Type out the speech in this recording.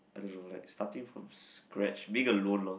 I don't like starting from a scratch being alone loh